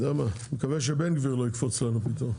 אני מקווה שבן גביר לא יקפוץ לנו פה.